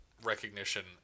recognition